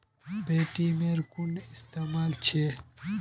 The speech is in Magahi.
पेटीएमेर कुन इस्तमाल छेक